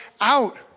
out